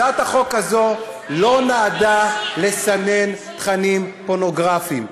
הצעת החוק הזאת לא נועדה לסנן תכנים פורנוגרפיים,